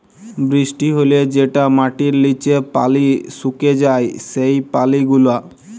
বৃষ্টি হ্যলে যেটা মাটির লিচে পালি সুকে যায় সেই পালি গুলা